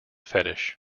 fetish